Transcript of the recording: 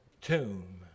tomb